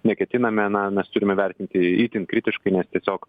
neketiname na mes turime vertinti itin kritiškai nes tiesiog